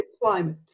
climate